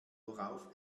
worauf